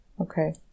Okay